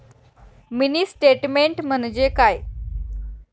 Mini statement म्हणजे काय?